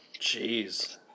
Jeez